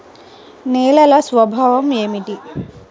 నేలల స్వభావం ఏమిటీ?